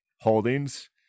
holdings